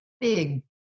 big